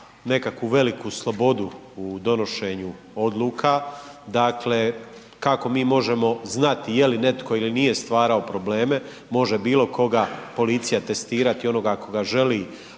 nekakvu veliku slobodu u donošenju odluka, dakle kako mi možemo znati je li netko ili nije stvarao probleme, može bilokoga policija testirati, onoga koga želi